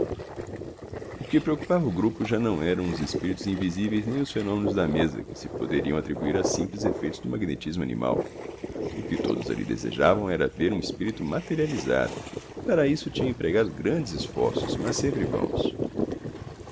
o que preocupava o grupo já não eram os espíritos invisíveis nem os fenômenos da mesa que se poderiam atribuir a simples efeitos do magnetismo animal o que todos ali desejavam era ver um espírito materializado e para isso tinham empregado grandes esforços mas sempre vãos